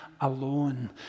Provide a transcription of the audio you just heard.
alone